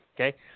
Okay